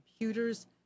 computers